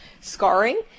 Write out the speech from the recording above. scarring